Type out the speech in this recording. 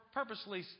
purposely